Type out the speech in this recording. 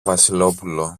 βασιλόπουλο